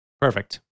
Perfect